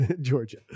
georgia